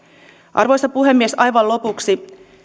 arvoisa puhemies aivan lopuksi